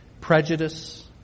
prejudice